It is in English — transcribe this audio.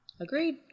Agreed